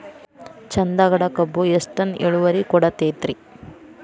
ಚಂದಗಡ ಕಬ್ಬು ಎಷ್ಟ ಟನ್ ಇಳುವರಿ ಕೊಡತೇತ್ರಿ?